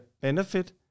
benefit